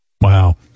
Wow